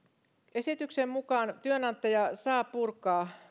esityksen mukaan työnantaja saa purkaa